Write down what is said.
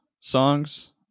songs